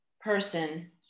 person